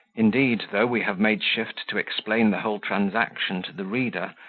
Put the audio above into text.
indeed, though we have made shift to explain the whole transaction to the reader,